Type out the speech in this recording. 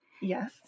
Yes